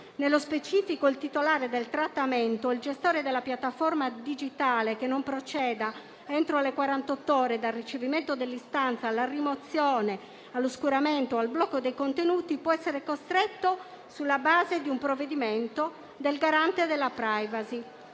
Nello specifico, il titolare del trattamento o il gestore della piattaforma digitale che non proceda, entro quarantotto ore dal ricevimento dell'istanza, alla rimozione, all'oscuramento o al blocco dei contenuti può esservi costretto sulla base di un provvedimento del Garante della *privacy*.